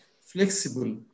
flexible